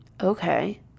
Okay